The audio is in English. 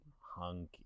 Hunky